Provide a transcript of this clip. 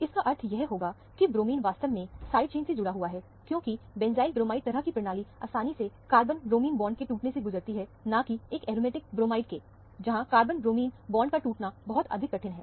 इसका अर्थ यह होगा कि ब्रोमीन वास्तव में साइड चेन से जुड़ा हुआ है क्योंकि बेंजाइल ब्रोमाइड तरह की प्रणाली आसानी से कार्बन ब्रोमिन बॉन्ड के टूटने से गुजरती है न कि एक एरोमेटिक ब्रोमाइड के जहां कार्बन ब्रोमाइड बॉन्ड का टूटना बहुत अधिक कठिन है